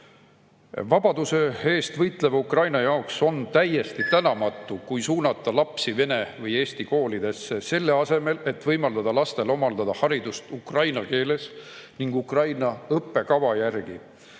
Vabaduse eest võitleva Ukraina jaoks on täiesti tänamatu, kui suunata lapsi vene või eesti koolidesse, selle asemel et võimaldada lastel omandada haridust ukraina keeles ning Ukraina õppekava järgi.